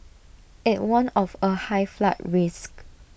IT warned of A high flood risk